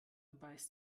beißt